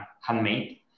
handmade